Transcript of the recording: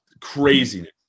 craziness